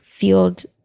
field